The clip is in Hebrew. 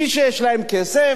מי שיש לו כסף,